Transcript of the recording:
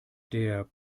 der